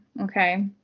okay